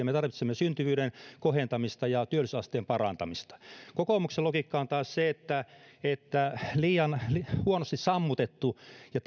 me tarvitsemme syntyvyyden kohentamista ja työllisyysasteen parantamista kokoomuksen logiikka on taas se että huonosti sammutettu ja